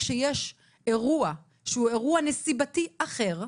למה כשיש אירוע שהוא אירוע נסיבתי אחר,